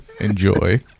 enjoy